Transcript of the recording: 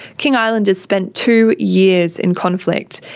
king islanders spent two years in conflict,